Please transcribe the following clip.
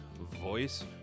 voice